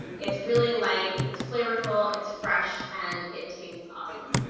it's really light, it's flavorful, it's fresh, and it tastes awesome.